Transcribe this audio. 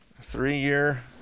Three-year